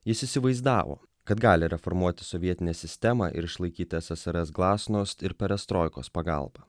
jis įsivaizdavo kad gali reformuoti sovietinę sistemą ir išlaikyti ssrs glasnost ir perestroikos pagalba